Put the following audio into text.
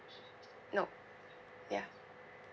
no ya